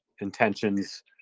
intentions